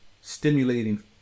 stimulating